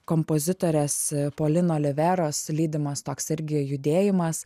kompozitorės polino liveros lydimas toks irgi judėjimas